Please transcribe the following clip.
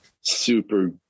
super